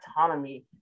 autonomy